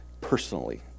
personally